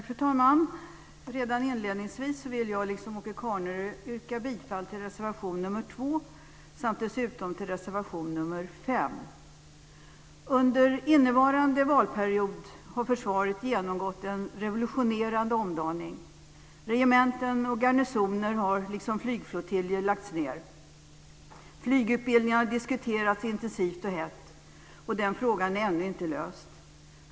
Fru talman! Redan inledningsvis vill jag, liksom Under innevarande valperiod har försvaret genomgått en revolutionerande omdaning. Regementen och garnisoner har liksom flygflottiljer lagts ned. Flygutbildningen har diskuterats intensivt och hett, och frågan är ännu inte löst.